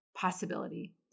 possibility